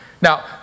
Now